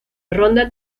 ronda